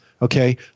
Okay